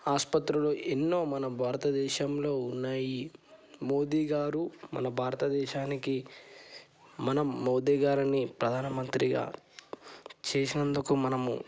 ఆస్పత్రులు ఎన్నో మన భారత దేశంలో ఉన్నాయి మోదీ గారు మన భారతదేశానికి మనం మోడీగారిని ప్రధానమంత్రిగా చేసినందుకు మనము